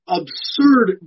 absurd